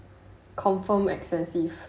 confirm expensive